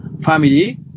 family